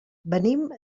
venim